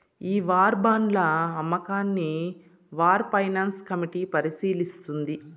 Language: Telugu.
ఈ వార్ బాండ్ల అమ్మకాన్ని వార్ ఫైనాన్స్ కమిటీ పరిశీలిస్తుంది